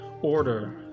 order